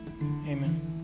Amen